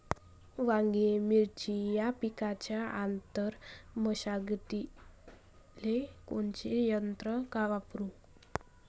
वांगे, मिरची या पिकाच्या आंतर मशागतीले कोनचे यंत्र वापरू?